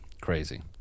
crazy